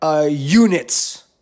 Units